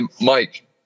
Mike